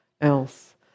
else